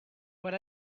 but